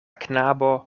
knabo